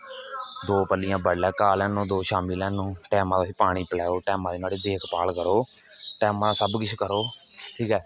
दो पल्लियां बडलै घाह लेई आह्नो दो शामी लेई आह्नो टेंमे दा इसी पानी पिलाओ टेंमो दे नुआढ़े देखभाल करो टेंमे दा सब किश करो ठीक ऐ